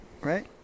right